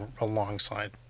alongside